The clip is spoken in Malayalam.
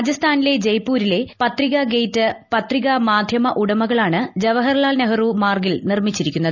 രാജസ്ഥാനിലെ ജയ്പ്പൂരിൽ പത്രിക ഗേറ്റ് പത്രിക മാധ്യമ ഉടമകളാണ് ജവഹർലാൽ നെഹ്റു മാർഗിൽ നിർമ്മിച്ചിരിക്കുന്നത്